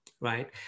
right